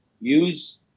use